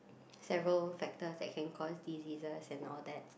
several factors that can cause diseases and all that